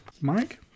Mike